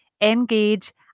engage